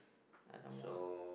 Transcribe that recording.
!alamak!